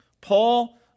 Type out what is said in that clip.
Paul